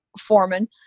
foreman